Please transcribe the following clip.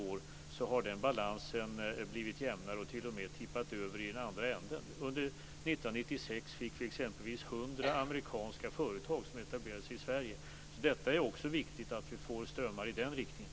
Nu har den balansen blivit jämnare och t.o.m. tippat över till den andra änden. Under 1996 etablerade sig 100 amerikanska företag i Sverige. Det är viktigt att vi också får strömmar i den riktningen.